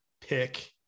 pick